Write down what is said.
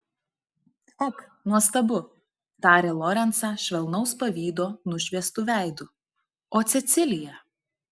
ak nuostabu tarė lorencą švelnaus pavydo nušviestu veidu o cecilija